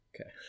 Okay